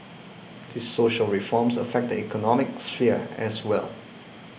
these social reforms affect the economic sphere as well